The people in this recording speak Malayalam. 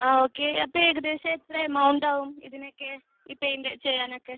ആ ഓക്കെ അപ്പോൾ ഏകദേശം എത്ര എമൗണ്ട് ആവും ഇതിനൊക്കെ ഈ പെയിൻറ് ചെയ്യാനൊക്കെ